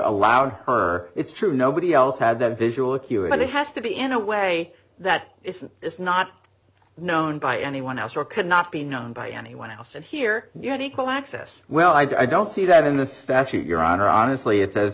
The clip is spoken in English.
allowed her it's true nobody else had that visual acuity has to be in a way that it's not known by anyone else or could not be known by anyone else and here you have equal access well i don't see that in the statute your honor honestly it says